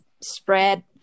spread